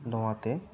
ᱱᱚᱣᱟ ᱛᱮ